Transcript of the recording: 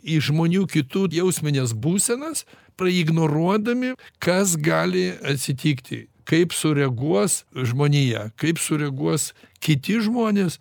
į žmonių kitų jausmines būsenas praignoruodami kas gali atsitikti kaip sureaguos žmonija kaip sureaguos kiti žmonės